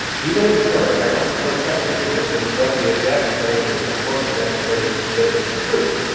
even if it were, and i don't for a second think it is as and nobody has yet been able to come close to demonstrating that it's true.